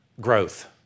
growth